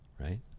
Right